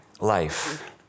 life